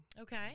Okay